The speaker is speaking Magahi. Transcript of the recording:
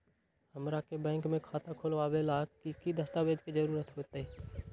हमरा के बैंक में खाता खोलबाबे ला की की दस्तावेज के जरूरत होतई?